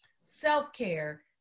self-care